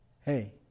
Hey